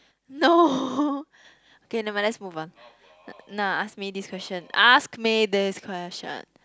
no okay never mind let's move on now ask me this question ask me this question